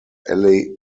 alley